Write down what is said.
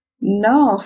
No